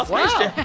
wow.